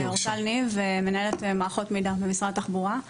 אורטל ניב, מנהלת מערכות מידע במשרד התחבורה.